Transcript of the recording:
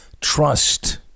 trust